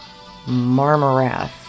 Marmarath